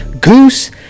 Goose